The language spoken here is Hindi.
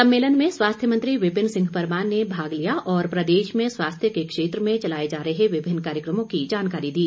सम्मेलन में स्वास्थ्य मंत्री विपिन सिंह परमार ने भाग लिया और प्रदेश में स्वास्थ्य के क्षेत्र में चलाए जा रहे विभिन्न कार्यकमों की जानकारी दी